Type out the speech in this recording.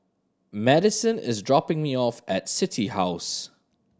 Madyson is dropping me off at City House